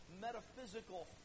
metaphysical